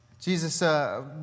Jesus